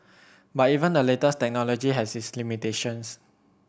but even the latest technology has its limitations